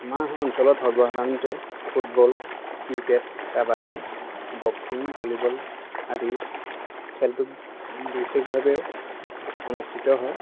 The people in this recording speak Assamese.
আমাৰ অঞ্চলত সৰ্বসাধাৰণতে football cricket kabaddi boxing volleyball আদি খেলবোৰ বিশেষভাৱে অনুষ্ঠিত হয়